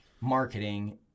marketing